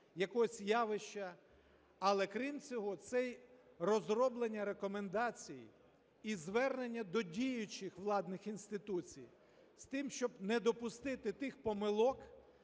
якогось явища. Але, крім цього, це й розроблення рекомендацій і звернення до діючих владних інституцій з тим, щоб не допустити тих помилок,